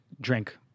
drink